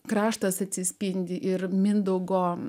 kraštas atsispindi ir mindaugo